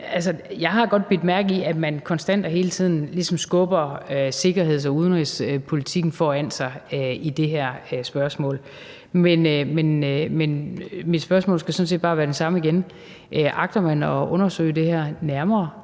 Jeg har godt bidt mærke i, at man konstant og hele tiden ligesom skubber sikkerheds- og udenrigspolitikken foran sig i det her spørgsmål, men mit spørgsmål skal sådan set bare være det samme igen: Agter man at undersøge det her nærmere